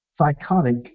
Psychotic